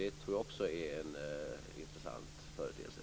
Det tror jag också är en intressant företeelse.